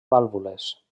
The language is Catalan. vàlvules